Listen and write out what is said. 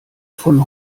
von